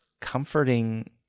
comforting